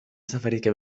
سفرك